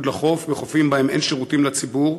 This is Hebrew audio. לחוק בחופים שבהם אין שירותים לציבור,